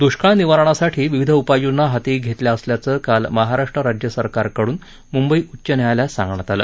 दृष्काळ निवारणासाठी विविध उपाययोजना हाती घेतल्या असल्याचं काल महाराष्ट्र राज्यसरकारकडून मुंबई उच्च न्यायालयात सांगण्यात आलं